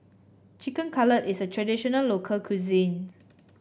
Chicken Cutlet is a traditional local cuisine